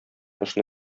эшне